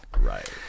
Right